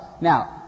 Now